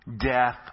death